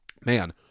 man